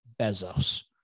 Bezos